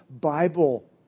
Bible